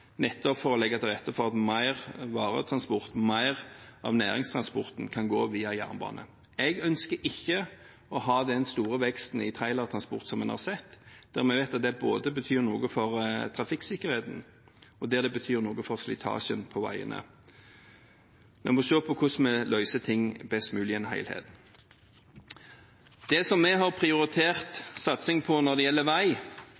nettopp for å legge til rette for at mer av varetransporten, mer av næringstransporten, kan gå via jernbane. Jeg ønsker ikke å ha den store veksten i trailertransport som en har sett, når vi vet at det betyr noe både for trafikksikkerheten og for slitasjen på veiene. Vi må se på hvordan vi løser ting best mulig i en helhet. Dette er det vi har gjort på jernbane, og de samtalene vi har. På vei er det